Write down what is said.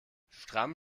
stramm